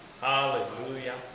Hallelujah